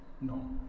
No